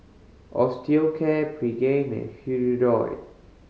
Osteocare Pregain and Hirudoid